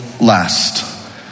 last